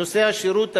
נושא השירות הלאומי,